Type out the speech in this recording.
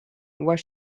what